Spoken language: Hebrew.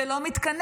זה לא מתכנס.